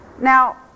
Now